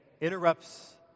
interrupts